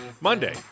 Monday